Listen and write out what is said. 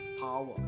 power